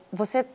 você